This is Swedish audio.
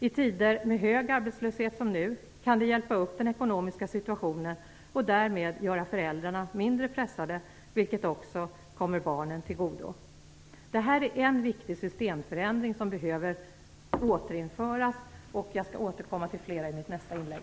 I tider med hög arbetslöshet, som nu, kan det hjälpa upp den ekonomiska situationen och därmed göra föräldrarna mindre pressade, vilket också kommer barnen till godo. Det här är en viktig systemförändring, som behöver återinföras. Jag skall återkomma till flera sådana i nästa inlägg.